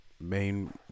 main